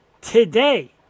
today